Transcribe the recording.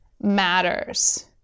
matters